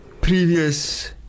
previous